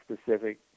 specific